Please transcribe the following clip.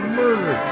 murder